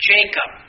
Jacob